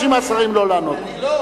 השרים עונים על משהו.